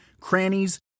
crannies